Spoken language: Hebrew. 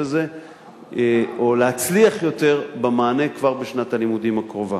הזה או להצליח יותר במענה כבר בשנת הלימודים הקרובה.